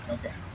Okay